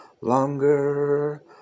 longer